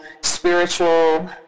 spiritual